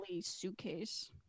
suitcase